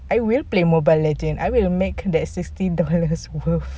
I will play mobile legend I will make that sixty dollars worth